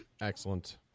Excellent